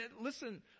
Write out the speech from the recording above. listen